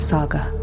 Saga